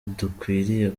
dukwiriye